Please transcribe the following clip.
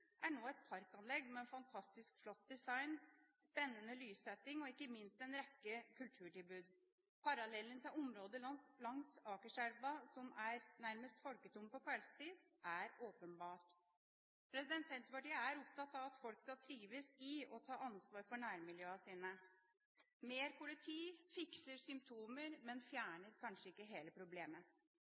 er nå et parkanlegg med fantastisk flott design, spennende lyssetting og ikke minst en rekke kulturtilbud. Parallellen til området langs Akerselva, som er nærmest folketomt på kveldstid, er åpenbar. Senterpartiet er opptatt av at folk skal trives i og ta ansvar for nærmiljøene sine. Mer politi fikser symptomer, men fjerner kanskje ikke hele problemet.